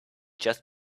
just